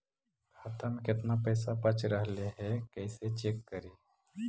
खाता में केतना पैसा बच रहले हे कैसे चेक करी?